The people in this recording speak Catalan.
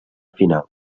final